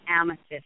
amethyst